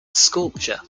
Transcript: sculptor